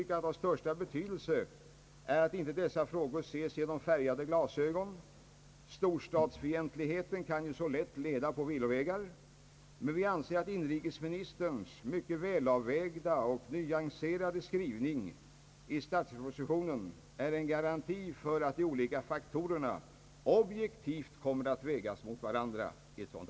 Av största betydelse är att inte dessa frågor ses genom färgade glasögon — storstadsfientlichet kan lätt leda på villovägar — men vi anser att inrikesminis terns mycket välavvägda och nyanserade skrivning i statsverkspropositionen är en garanti för att de olika faktorerna objektivt kommer att vägas mot varandra.